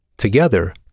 together